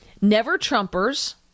never-Trumpers